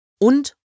und